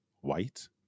White